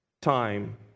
time